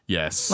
Yes